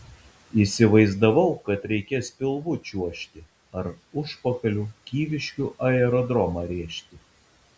įsivaizdavau kad reikės pilvu čiuožti ar užpakaliu kyviškių aerodromą rėžti